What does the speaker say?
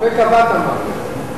הרופא קבע את המוות לא,